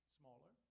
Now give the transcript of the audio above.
smaller